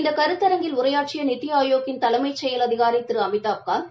இந்த கருத்தரங்கில் உரையாற்றிய நீத்தி ஆயோக்கின் தலைமை செயல் அதிகாரி திரு அமிதாப் காந்த்